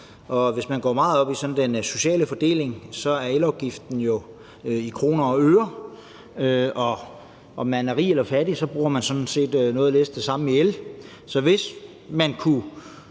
Hvis man går meget op i den sociale fordeling, opgøres elafgiften jo i kroner og øre, og om man er rig eller fattig, så bruger man sådan set noget nær det samme i el. Så hvis vi kunne